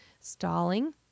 stalling